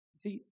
See